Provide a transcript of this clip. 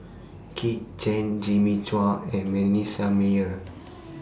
Kit Chan Jimmy Chua and Manasseh Meyer